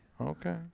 Okay